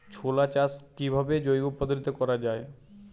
ছোলা চাষ কিভাবে জৈব পদ্ধতিতে করা যায়?